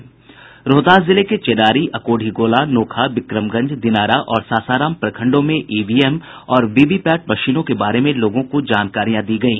रोहतास जिले के चेनारी अकोढ़ी गोला नोखा विक्रमगंज दिनारा और सासाराम प्रखंडो में ईवीएम और वीवीपैट मशीनों के बारे में लोगों को जानकारी दी गयी